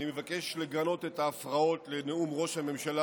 אני מבקש לגנות את ההפרעות לנאום ראש הממשלה